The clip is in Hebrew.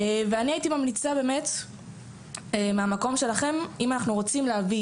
אני הייתי ממליצה באמת מהמקום שלכם אם אנחנו רוצים להביא